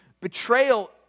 betrayal